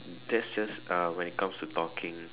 that's just uh when it comes to talking